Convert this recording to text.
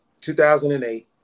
2008